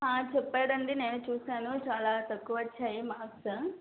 చెప్పదండి నేను చూసాను చాలా తక్కువ వచ్చాయి మర్క్స్